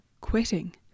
quitting